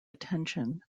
attention